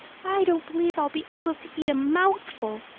i don't believe i'll be able to eat a mouthful,